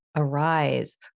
arise